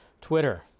Twitter